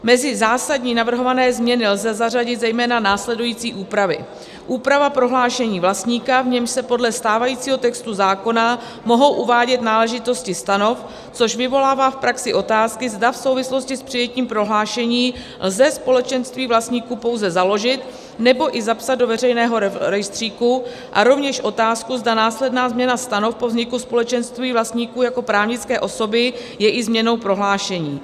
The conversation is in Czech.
Mezi zásadní navrhované změny lze zařadit zejména následující úpravy: úprava prohlášení vlastníka, v němž se podle stávajícího textu zákona mohou uvádět náležitosti stanov, což vyvolává v praxi otázky, zda v souvislosti s přijetím prohlášení lze společenství vlastníků pouze založit, nebo i zapsat do veřejného rejstříku, a rovněž otázku, zda následná změna stanov po vzniku společenství vlastníků jako právnické osoby je i změnou prohlášení.